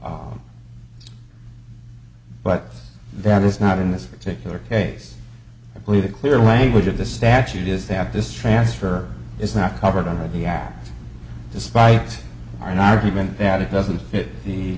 but that is not in this particular case i believe the clear language of the statute is that this transfer is not covered under the act despite an argument that it doesn't fit the